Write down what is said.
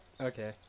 Okay